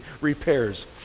repairs